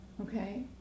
Okay